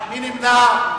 מי נמנע?